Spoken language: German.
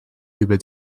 über